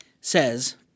says